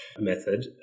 method